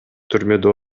түрмөдө